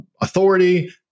authority